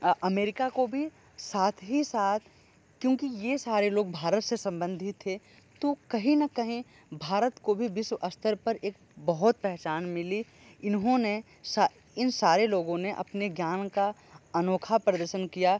America को भी साथ ही साथ क्योंकि यह सारे लोग भारत से संबंधित थे तो कहीं न कहीं भारत को भी विश्व स्तर पर एक बहुत पहचान मिली इन्होंने इन सारे लोगों ने अपने ज्ञान का अनोखा प्रदर्शन किया